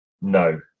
No